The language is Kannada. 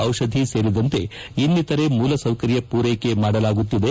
ದಿಷಧಿ ಸೇರಿದಂತೆ ಇನ್ನಿಶರೆ ಮೂಲಸೌಕರ್ಯ ಪೂರೈಕೆ ಮಾಡಲಾಗುತ್ತಿದೆ